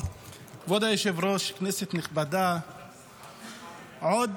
כבוד היושב-ראש, כנסת נכבדה, עוד